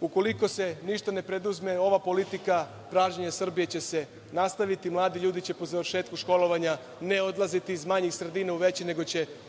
ukoliko se ništa ne preduzme, ova politika pražnjenja Srbije će se nastaviti. Mladi ljudi će po završetku školovanja ne odlaziti iz manjih sredina u veće nego će